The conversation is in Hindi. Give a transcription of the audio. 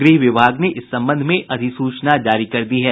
गृह विभाग ने इस संबंध अधिसूचना जारी कर दी है